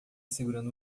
segurando